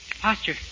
posture